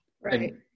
Right